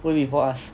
one week before us